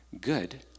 Good